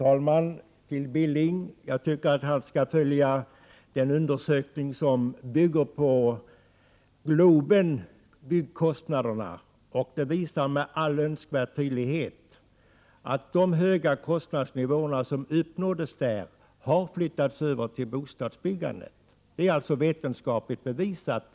Fru talman! Jag tycker att Billing skall följa den undersökning som bygger på kostnaderna för bygget av Globen. Den visar med all önskvärd tydlighet att de höga kostnadsnivåer som uppnåddes där har slagit igenom inom bostadsbyggandet. Det är vetenskapligt bevisat.